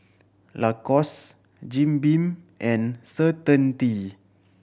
Lacoste Jim Beam and Certainty